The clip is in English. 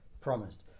promised